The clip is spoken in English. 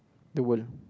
the world